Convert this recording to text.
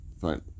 fine